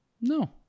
No